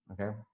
Okay